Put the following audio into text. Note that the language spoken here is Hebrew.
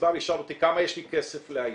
שהגזבר ישאל אותי כמה כסף יש לי להיום.